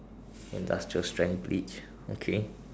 industrial strength bleach okay